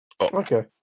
Okay